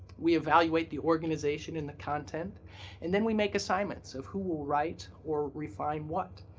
we evaluate the organization and the content and then we make assignments of who will write or refine what.